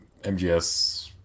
MGS